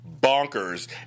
bonkers